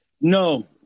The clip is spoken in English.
No